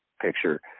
picture